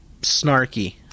snarky